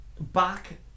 back